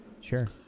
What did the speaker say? Sure